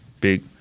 big